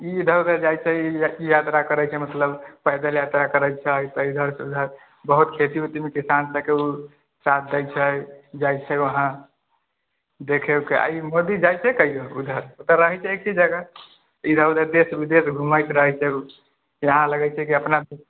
ईधर उधर जाइ छै अथी यात्रा करै छै मतलब पैदल यात्रा करै छै इधर सँ ऊधर बहुत खेती ऊति मे किसान सबके ओ साथ दै छै जाइ छै ऊहाँ देखै ऊखै आ ई मोदी जाइ छै कहियो ऊधर ओ तऽ रहै छै एकही जगह ईधर ऊधर देश विदेश घुमैत रहै छै यहाँ लगै छै की अपना